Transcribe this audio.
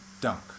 dunk